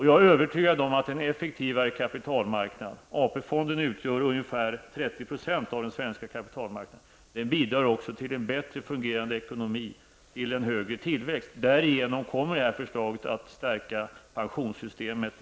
Jag är övertygad om att en sådan -- AP-fonden utgör ungefär 30 % av den svenska kapitalmarknaden -- bidrar till en bättre fungerande ekonomi och därmed en högre tillväxt. Det föreliggande förslaget, om det genomförs, kommer att förstärka det framtida pensionssystemet.